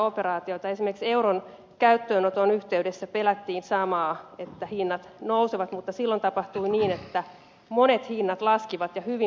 esimerkiksi euron käyttöönoton yhteydessä pelättiin samaa että hinnat nousevat mutta silloin tapahtui niin että monet hinnat laskivat ja hyvin pitkäaikaisesti